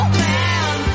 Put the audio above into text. man